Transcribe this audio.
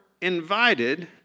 invited